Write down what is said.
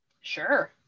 Sure